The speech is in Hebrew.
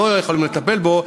לא יכולים לטפל בו,